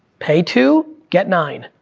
pay two, get nine,